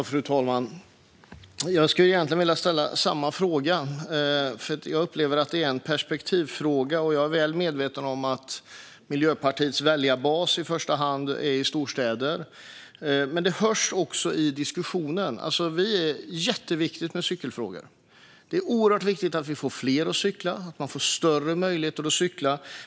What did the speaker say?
Fru talman! Jag skulle egentligen vilja ställa samma fråga igen, för jag upplever att det här handlar om perspektiv. Jag är väl medveten om att Miljöpartiets väljarbas i första hand finns i storstäder, och det hörs också i diskussionen. Det är jätteviktigt med cykelfrågor. Det är oerhört viktigt att vi får fler att cykla och att det finns större möjligheter att cykla.